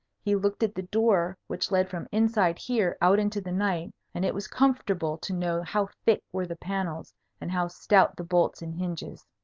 he looked at the door which led from inside here out into the night, and it was comfortable to know how thick were the panels and how stout the bolts and hinges.